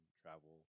travel